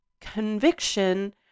conviction